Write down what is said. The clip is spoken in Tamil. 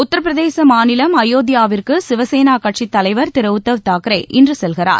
உத்தரப்பிரதேச மாநிலம் அயோத்தியாவிற்கு சிவசேனா கட்சி தலைவா் திரு உத்தவ் தாக்கரே இன்று செல்கிறார்